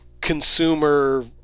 consumer